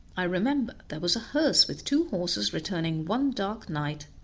i remember, there was a hearse with two horses returning one dark night,